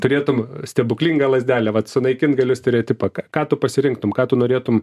turėtum stebuklingą lazdelę vat sunaikint galiu stereotipą ką ką tu pasirinktum ką tu norėtum